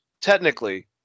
technically